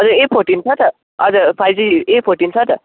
हजुर A fourteen छ त हजुर फाइभ जी ए फोर्टिन छ त